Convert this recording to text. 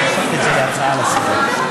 אני הפכתי את זה להצעה לסדר-היום, בסדר?